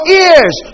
ears